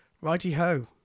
Righty-ho